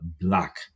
black